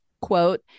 quote